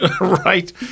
right